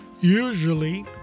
usually